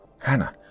Hannah